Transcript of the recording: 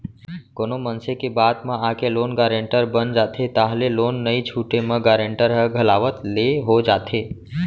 कोनो मनसे के बात म आके लोन गारेंटर बन जाथे ताहले लोन नइ छूटे म गारेंटर ह घलावत ले हो जाथे